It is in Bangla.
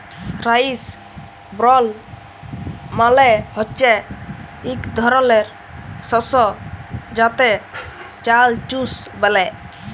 রাইস ব্রল মালে হচ্যে ইক ধরলের শস্য যাতে চাল চুষ ব্যলে